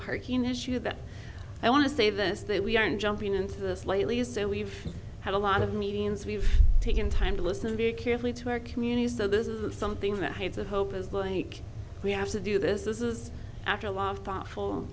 parking issue that i want to say this that we aren't jumping into this lightly so we've had a lot of meetings we've taken time to listen very carefully to our communities though this is something that has the hope is like we have to do this this is after a lot of thoughtful